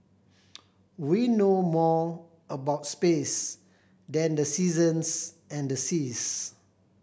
we know more about space than the seasons and the seas